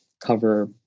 cover